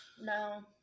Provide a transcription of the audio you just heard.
No